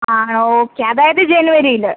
ആണോ ഓക്കെ അതായത് ജനുവരിയിൽ